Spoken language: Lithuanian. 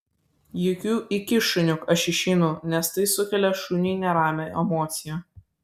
jokių iki šuniuk aš išeinu nes tai sukelia šuniui neramią emociją